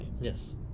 yes